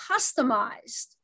customized